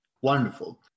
Wonderful